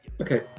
okay